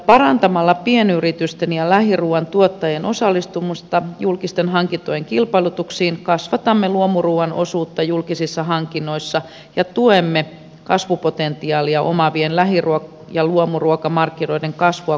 parantamalla pienyritysten ja lähiruuan tuottajien osallistumista julkisten hankintojen kilpailutuksiin kasvatamme luomuruuan osuutta julkisissa hankinnoissa ja tuemme kasvupotentiaalia omaavien lähi ja luomuruokamarkkinoiden kasvua kokonaisuudessaan